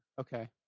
okay